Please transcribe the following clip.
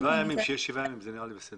שבעה ימים זה הרבה מאוד.